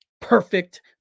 perfect